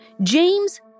James